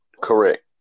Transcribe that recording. Correct